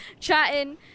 chatting